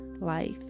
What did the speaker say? Life